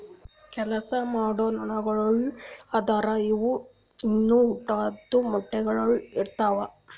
ಕೆಲಸ ಮಾಡೋ ಜೇನುನೊಣಗೊಳು ಅಂದುರ್ ಇವು ಇನಾ ಹುಟ್ಲಾರ್ದು ಮೊಟ್ಟೆಗೊಳ್ ಇಡ್ತಾವ್